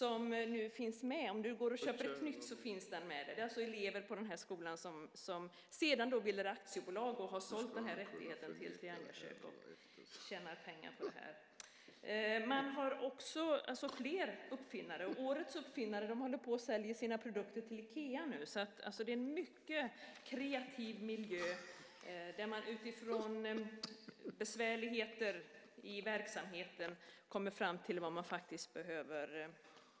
Om du köper ett nytt triangakök finns den med där. Det är elever på skolan som har bildat aktiebolag, sålt rättigheten till triangaköket och tjänar pengar på detta. Det finns fler uppfinnare. Årets uppfinnare håller på att sälja sina produkter till Ikea. Det är en mycket kreativ miljö där man utifrån besvärligheter i verksamheten kommer fram till vad som behövs.